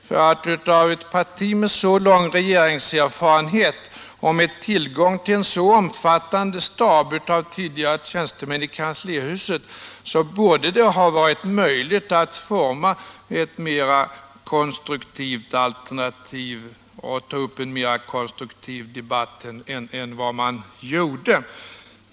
För ett parti med så lång regeringserfarenhet och med tillgång till en så omfattande stab av tidigare tjänstemän i kanslihuset borde det ha varit möjligt att forma ett mera konstruktivt alternativ och ta upp en mera konstruktiv debatt än vad man gjorde.